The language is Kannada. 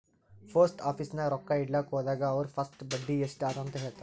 ಪೋಸ್ಟ್ ಆಫೀಸ್ ನಾಗ್ ರೊಕ್ಕಾ ಇಡ್ಲಕ್ ಹೋದಾಗ ಅವ್ರ ಫಸ್ಟ್ ಬಡ್ಡಿ ಎಸ್ಟ್ ಅದ ಅಂತ ಹೇಳ್ತಾರ್